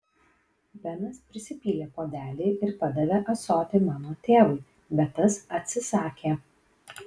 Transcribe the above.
benas prisipylė puodelį ir padavė ąsotį mano tėvui bet tas atsisakė